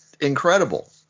incredible